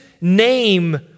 name